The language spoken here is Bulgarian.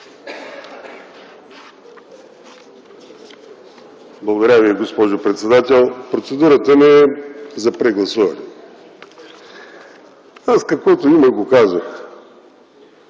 Благодаря Ви, госпожо председател. Процедурата ми е за прегласуване. Каквото имах, аз го казах.